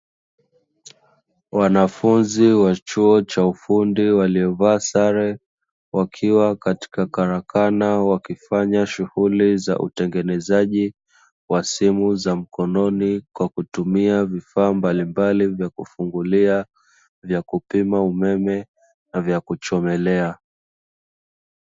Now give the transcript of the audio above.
Wanafunzi wa chuo cha ufundi waliovaa sare, wakiwa katika karakana wakifanya shughuli za utengenezaji wa simu za mkononi, kwa kutumia vifaa mbalimbali vya kufungulia, vya kupima umeme na vya kuchomelea.